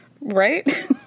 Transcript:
right